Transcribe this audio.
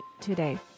today